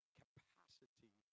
capacity